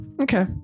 Okay